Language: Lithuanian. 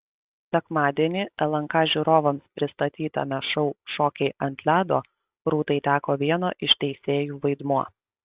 sekmadienį lnk žiūrovams pristatytame šou šokiai ant ledo rūtai teko vieno iš teisėjų vaidmuo